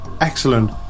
Excellent